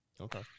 Okay